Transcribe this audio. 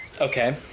Okay